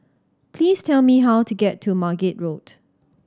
please tell me how to get to Margate Road